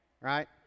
right